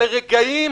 אלה רגעים